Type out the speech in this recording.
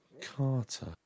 Carter